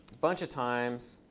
bunch of times.